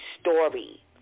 story